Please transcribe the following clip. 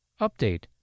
Update